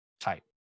type